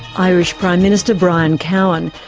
irish prime minister, brian cowen,